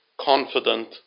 confident